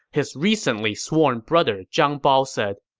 his recently sworn brother zhang bao said,